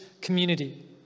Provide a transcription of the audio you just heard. community